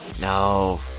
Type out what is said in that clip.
No